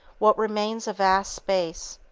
what remains a vast space.